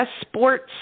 sports